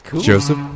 Joseph